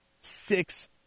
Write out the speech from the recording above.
six